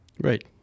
Right